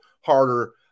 harder